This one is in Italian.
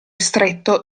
stretto